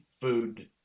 food